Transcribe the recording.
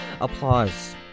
applause